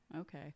Okay